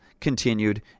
continued